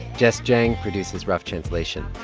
jess jiang produces rough translation.